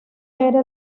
era